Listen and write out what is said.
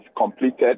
completed